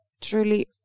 truly